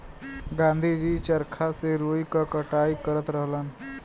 गाँधी जी चरखा से रुई क कटाई करत रहलन